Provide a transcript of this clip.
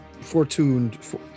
fortuned